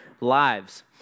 lives